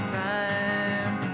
time